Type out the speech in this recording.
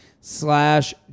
slash